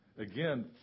Again